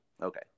Okay